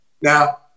Now